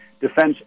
defense